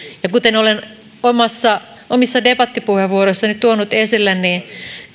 kuten olen omissa debattipuheenvuoroissani tuonut esille